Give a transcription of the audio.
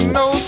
no